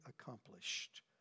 accomplished